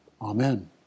Amen